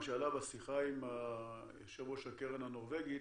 שעלה בשיחה עם יושב ראש הקרן הנורבגית,